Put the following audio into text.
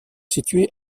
situés